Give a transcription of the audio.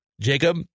Jacob